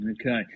Okay